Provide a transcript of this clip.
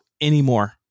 anymore